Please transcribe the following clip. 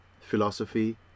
philosophy